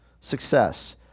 success